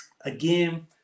again